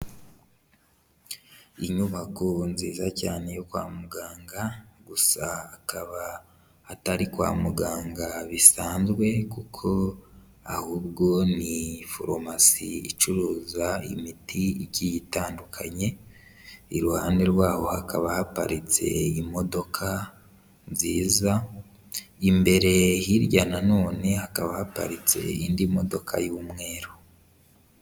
Inyubako nziza cyane yo kwa muganga gusa akaba atari kwa muganga bisanzwe kuko ahubwo ni forumasi icuruza imiti igiye itandukanye, iruhande rw'aho hakaba haparitse imodoka nziza, imbere hirya nanone hakaba haparitse indi modoka y'umweru.